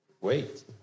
Wait